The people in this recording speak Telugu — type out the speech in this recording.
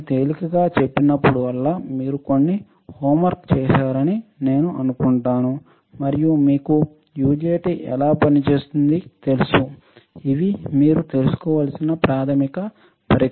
నేను తేలికగా చెప్పినప్పుడల్లా మీరు కొన్ని హోంవర్క్ చేశారని నేను అనుకుంటాను మరియు మీకు యుజెటి ఎలా పనిచేస్తుంది తెలుసుఇవి మీరు తెలుసుకోవలసిన ప్రాథమిక పరికరాలు